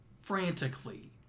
frantically